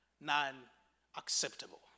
non-acceptable